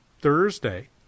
Thursday